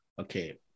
Okay